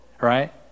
right